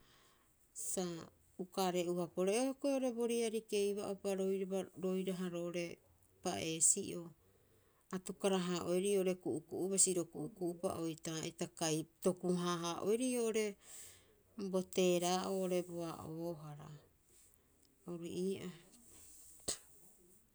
Sa uka aree'uha pore'oe hioko'i oo'ore bo riari keiba'upa roiraba, roiraha roo'ore pa'eesi'o, atukara- haa'oerii oo'ore ku'uku'u basi ro ku'uku'u'upa oitaa'ita kai toku- haaha'oerii oo'ore bo teeraa'oo oo'ore bo a'oohara. Ori ii'oo hioko'i.